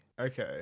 okay